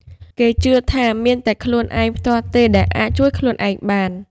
គេជឿថាមានតែខ្លួនឯងផ្ទាល់ទេដែលអាចជួយខ្លួនឯងបាន។